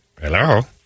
Hello